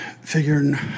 figuring